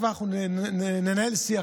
אנחנו כבר ננהל שיח,